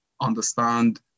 understand